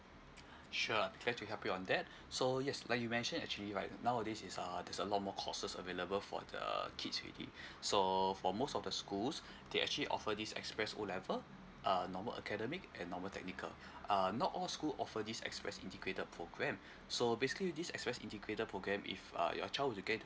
sure glad to help you on that so yes like you mention actually like nowadays is uh there's a lot more courses available for the kids already so for most of the schools they actually offer this express O level err normal academic and normal technical uh not all school offer this express integrated program so basically this express integrated program if uh your child wants to get